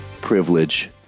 privilege